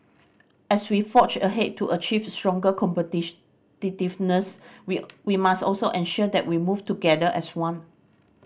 as we forge ahead to achieve stronger we we must also ensure that we move together as one